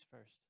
first